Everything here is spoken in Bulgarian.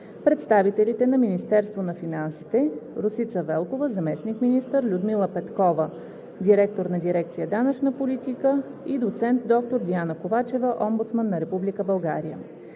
представителите на Министерството на финансите Росица Велкова – заместник-министър; и Людмила Петкова – директор на дирекция „Данъчна политика“; и доцент доктор Диана Ковачева – Омбудсман на Република България.